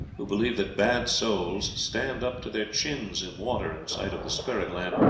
who believed that bad souls stand up to their chins in water in sight of the spirit-land,